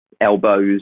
elbows